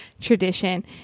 tradition